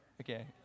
Okay